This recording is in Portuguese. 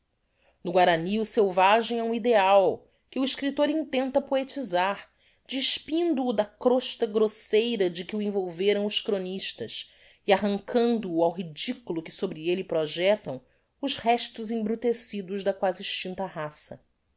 no guarany o selvagem é um ideal que o escriptor intenta poetisar despindo o da crosta grosseira de que o envolveram os chronistas e arrancando o ao ridiculo que sobre elle projectam os restos embrutecidos da quasi extincta raça